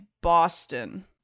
Boston